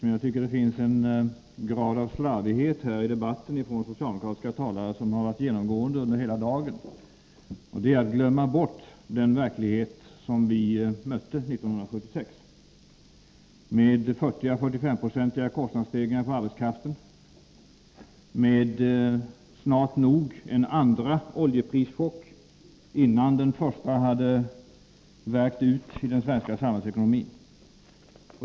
Men jag tycker att det i debatten här finns en grad av slarvighet hos socialdemokratiska talare som har varit genomgående under hela dagen, och som tar sig uttryck i att man glömmer bort den verklighet som vi mötte 1976, med 40 å 45 90 kostnadsstegringar för arbetskraften, med snart nog en andra oljeprischock innan den första hade värkt ut i den svenska samhällsekonomin.